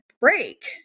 break